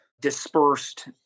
dispersed